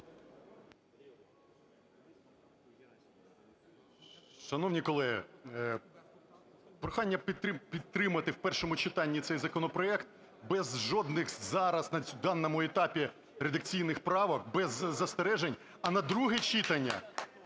Шановні колеги, прохання підтримати в першому читанні цей законопроект без жодних зараз на даному етапі редакційних правок, без застережень, а на друге читання,